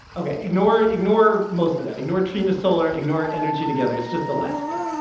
ok, ignore ignore most of that. ignore trina solar, ignore energy together. it's just the last bit,